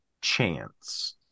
chance